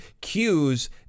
cues